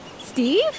Steve